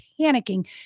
panicking